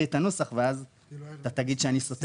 את הנוסח ואז אתה תגיד שאני סותר.